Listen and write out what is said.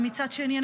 ומצד שני,